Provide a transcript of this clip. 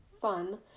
fun